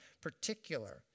particular